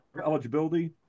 eligibility